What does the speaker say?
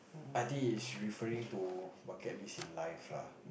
I think it's referring to bucket list in life lah